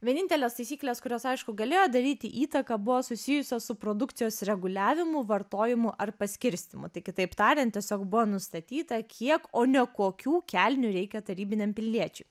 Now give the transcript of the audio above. vienintelės taisyklės kurios aišku galėjo daryti įtaką buvo susijusios su produkcijos reguliavimu vartojimu ar paskirstymu tai kitaip tariant tiesiog buvo nustatyta kiek o ne kokių kelnių reikia tarybiniam piliečiui